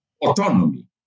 autonomy